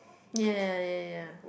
ya ya ya ya ya